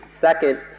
second